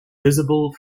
visible